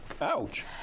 Ouch